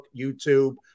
YouTube